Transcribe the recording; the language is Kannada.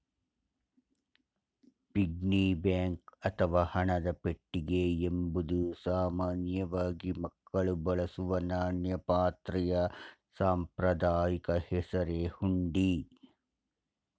ಪಿಗ್ನಿ ಬ್ಯಾಂಕ್ ಅಥವಾ ಹಣದ ಪೆಟ್ಟಿಗೆ ಎಂಬುದು ಸಾಮಾನ್ಯವಾಗಿ ಮಕ್ಕಳು ಬಳಸುವ ನಾಣ್ಯ ಪಾತ್ರೆಯ ಸಾಂಪ್ರದಾಯಿಕ ಹೆಸರೇ ಹುಂಡಿ